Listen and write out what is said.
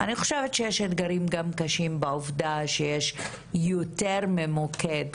אני חושבת שיש אתגרים גם קשים בעובדה שיש יותר ממוקד.